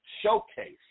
showcase